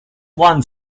won